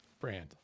brand